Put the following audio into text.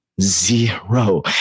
Zero